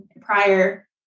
prior